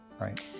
right